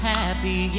happy